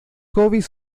hobbies